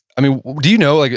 i mean, do you know, like